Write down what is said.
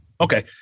Okay